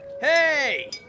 Hey